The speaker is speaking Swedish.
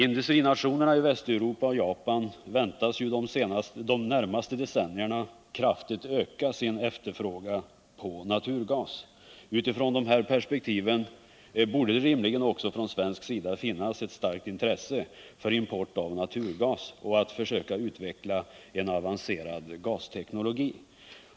Industrinationerna i Västeuropa och Japan väntas de närmaste decennierna kraftigt öka sin efterfrågan på naturgas. Utifrån dessa perspektiv borde det rimligen också från svensk sida finnas ett starkt intresse för import av naturgas och för att försöka utveckla en avancerad gasteknologi.